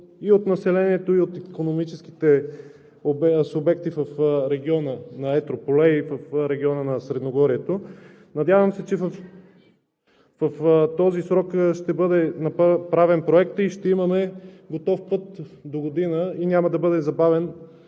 и от населението, и от икономическите субекти в региона на Етрополе и в региона на Средногорието. Надявам се, че в този срок ще бъде направен проектът и ще имаме готов път догодина, няма да бъде забавен